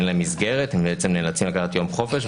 להם מסגרת והם נאלצים לקחת יום חופש,